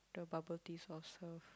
the bubble tea soft serve